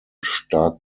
stark